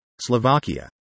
Slovakia